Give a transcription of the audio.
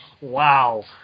wow